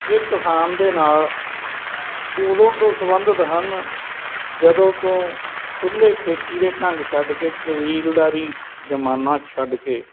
ਇਹ ਕਿਸਾਨ ਦੇ ਨਾਲ ਉਦੋਂ ਤੋਂ ਸੰਬੰਧਿਤ ਹਨ ਜਦੋਂ ਤੋਂ ਖੁੱਲ੍ਹੇ ਖੇਤੀ ਦੇ ਢੰਗ ਛੱਡ ਕੇ ਕਬੀਲਦਾਰੀ ਜ਼ਮਾਨਾ ਛੱਡ ਕੇ